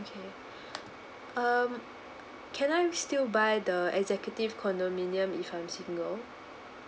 okay um can I still buy the executive condominium if I'm single